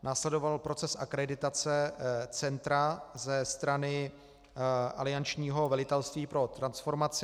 Následoval proces akreditace centra ze strany aliančního velitelství pro transformaci.